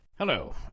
Hello